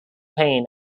pain